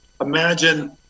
imagine